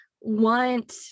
want